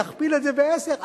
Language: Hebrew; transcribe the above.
תכפיל את זה בעשר,